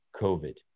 COVID